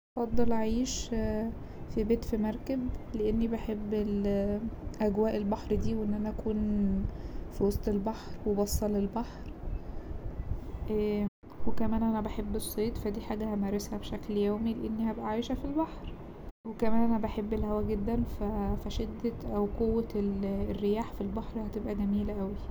هفضل اعيش في بيت في مركب لأني بحب أجواء البحر دي وان انا اكون في وسط البحر وباصه للبحر وكمان انا بحب الصيد فا دي حاجة همارسها بشكل يومي لأني هبقى عايشة في البحر وكمان أنا بحب الهوا جدا فا شدة أو قوة الرياح في البحر هتبقى جميلة اوي.